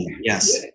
Yes